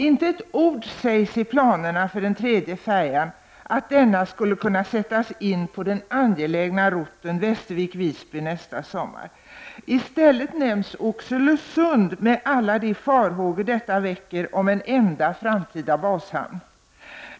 Inte ett ord sägs i planerna för den tredje färjan om att den skulle kunna sättas in på den angelägna rutten Västervik— Visby nästa sommar. I stället nämns Oxelösund, med alla de farhågor detta väcker om en enda framtida bashamn.